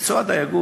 מקצוע הדיג,